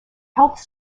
health